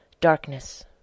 Darkness